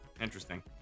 Interesting